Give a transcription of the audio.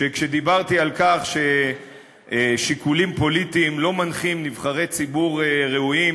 דיברתי על כך ששיקולים פוליטיים לא מנחים נבחרי ציבור ראויים,